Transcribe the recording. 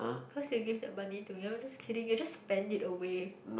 cause you will give the money to me no I'm just kidding you will just spend it away